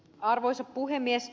arvoisa puhemies